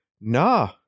Nah